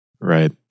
Right